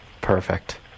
Perfect